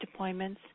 deployments